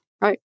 Right